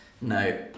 No